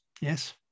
yes